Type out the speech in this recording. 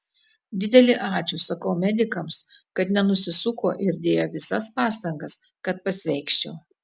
didelį ačiū sakau medikams kad nenusisuko ir dėjo visas pastangas kad pasveikčiau